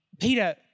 Peter